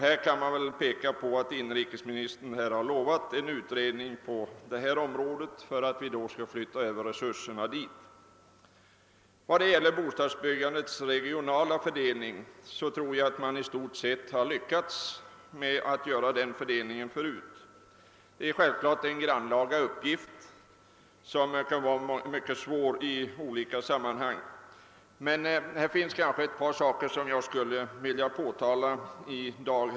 Inrikesministern har ju också utlovat en utredning om möjligheterna att flytta över resurserna till andra områden. Vad beträffar bostadsbyggandets regionala fördelning tror jag att man i stort sett har lyckats med att göra den fördelningen förut. Det är självklart fråga om en grannlaga uppgift som kan vara mycket besvärlig i olika sammanhang. Men det är närmast ett par saker som jag skulle vilja ta upp i dag.